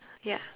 ya